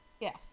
Yes